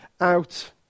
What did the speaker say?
out